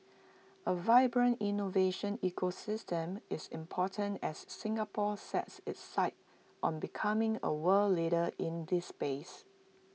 A vibrant innovation ecosystem is important as Singapore sets its sights on becoming A world leader in this space